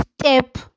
step